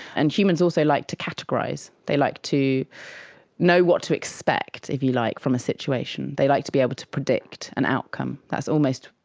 and humans also like to categorise, they like to know what to expect, if you like, from a situation, they like to be able to predict an outcome. that's almost,